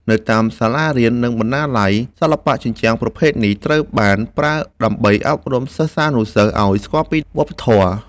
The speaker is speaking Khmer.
នៅតាមសាលារៀន និងបណ្ណាល័យ សិល្បៈជញ្ជាំងប្រភេទនេះត្រូវបានប្រើដើម្បីអប់រំសិស្សានុសិស្សឱ្យស្គាល់ពីវប្បធម៌។